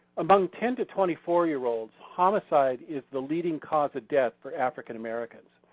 among ten to twenty four year olds homicide is the leading cause of death for african americans.